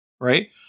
Right